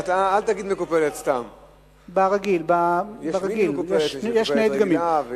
"מקופלת" בבינוני או בארוך?